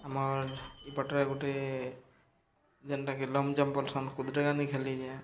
ଆମର୍ ଇପଟରେ ଗୁଟେ ଯେନ୍ଟାକି ଲଙ୍ଗ୍ ଜମ୍ପ୍ ବଲ୍ସନ୍ କୁଦ୍ ଡେଗାନି ଖେଲିିଚେଁ